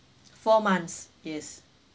four months yes